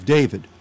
David